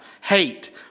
Hate